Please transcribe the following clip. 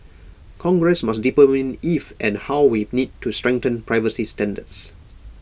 congress must determine if and how we need to strengthen privacy standards